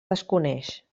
desconeix